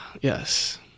Yes